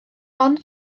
ond